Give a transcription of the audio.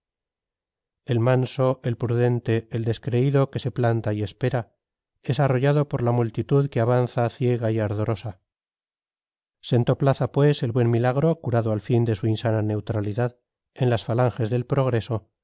el manso el prudente el descreído que se planta y espera es arrollado por la multitud que avanza ciega y ardorosa sentó plaza pues el buen milagro curado al fin de su insana neutralidad en las falanges del progreso